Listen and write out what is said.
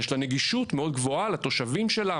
יש לה נגישות מאוד גבוהה לתושבים שלה,